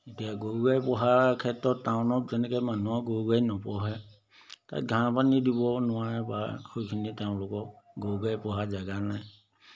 এতিয়া গৰু গাই পোহাৰ ক্ষেত্ৰত টাউনত যেনেকৈ মানুহৰ গৰু গাই নোপোহে তাত ঘাঁহ পানী দিব নোৱাৰে বা সেইখিনিত তেওঁলোকক গৰু গাই পোহাৰ জেগা নাই